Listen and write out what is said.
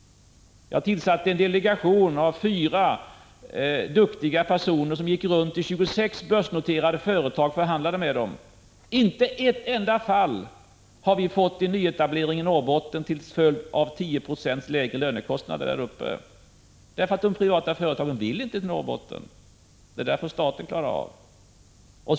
Jag tillsatte en delegation av fyra duktiga personer som gick runt i 26 börsnoterade företag och förhandlade med dem. Inte ett enda fall av nyetablering i Norrbotten har vi fått till följd av den 10-procentiga sänkningen av lönekostnaderna där uppe, därför att de privata företagen inte vill till Norrbotten — det där får staten klara upp.